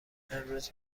امروز